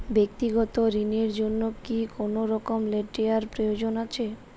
ব্যাক্তিগত ঋণ র জন্য কি কোনরকম লেটেরাল প্রয়োজন আছে?